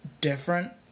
different